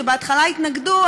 שבהתחלה התנגדו,